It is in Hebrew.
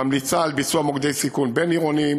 ממליצים על ביצוע מוקדי סיכון בין-עירוניים,